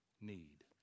need